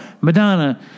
Madonna